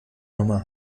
nummer